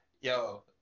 Yo